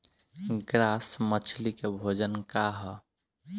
Grass मछली के भोजन का ह?